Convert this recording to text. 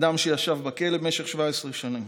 אדם שישב בכלא במשך 17 שנים.